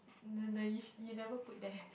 don't know you you never put there